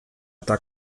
eta